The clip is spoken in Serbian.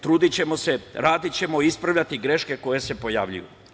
Trudićemo se, radićemo, ispravljaćemo greške koje se pojavljuju.